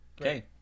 Okay